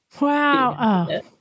Wow